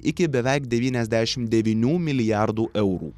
iki beveik devyniasdešim devynių milijardų eurų